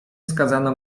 skazano